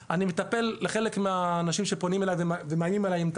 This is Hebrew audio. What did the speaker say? משוטטים, רואים פה 17 אנשים שנהרגו